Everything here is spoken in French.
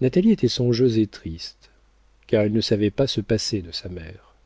natalie était songeuse et triste car elle ne savait pas se passer de sa mère